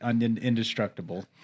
indestructible